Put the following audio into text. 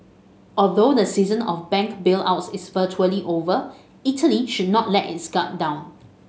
although the season of bank bailouts is virtually over Italy should not let its guard down